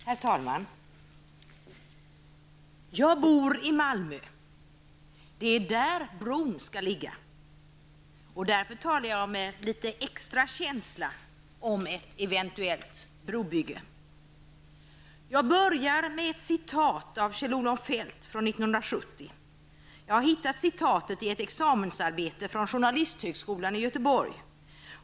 Herr talman! Jag bor i Malmö. Det är där bron skall ligga. Därför talar jag med litet extra känsla om ett eventuellt brobygge. Jag börjar med att anföra ett citat av Kjell-Olof Feldt från 1970. Jag har hittat det i ett examensarbete från Journalisthögskolan i Göteborg.